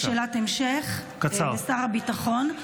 שאלת המשך לשר הביטחון: